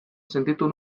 sentitu